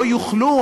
לא יוכלו,